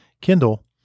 Kindle